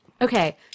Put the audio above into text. Okay